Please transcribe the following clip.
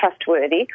trustworthy